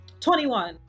21